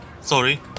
Sorry